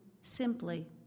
simply